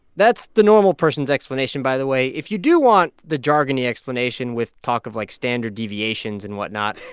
that's the normal person's explanation, by the way. if you do want the jargony explanation with talk of, like, standard deviations and whatnot.